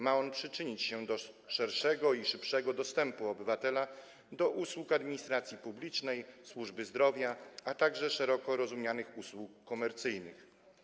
Ma on przyczynić się do szerszego i szybszego dostępu obywatela do usług administracji publicznej, służby zdrowia, a także szeroko rozumianych usług komercyjnych.